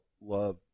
love